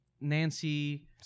Nancy